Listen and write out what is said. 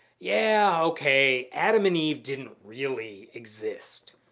yeah, okay, adam and eve didn't really exist.